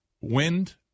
wind